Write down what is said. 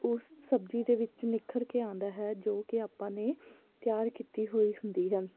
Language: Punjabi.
ਉਸ ਸਬਜ਼ੀ ਦੇ ਵਿੱਚ ਨਿਖਰ ਕੇ ਆਉਂਦਾ ਹੈ ਜੋ ਕਿ ਆਪਾਂ ਨੇ ਤਿਆਰ ਕੀਤੀ ਹੋਈ ਹੁੰਦੀ ਹੈ